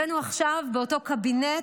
הבאנו עכשיו, באותו קבינט,